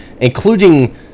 Including